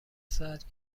ساعت